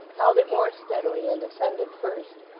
held it more steadily, and ascended first,